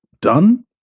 done